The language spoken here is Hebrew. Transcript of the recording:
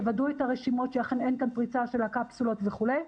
יוודאו את הרשימות ושאכן אין כאן פריצה של הקפסולות וכולי,